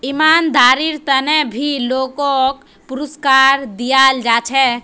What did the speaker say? ईमानदारीर त न भी लोगक पुरुस्कार दयाल जा छेक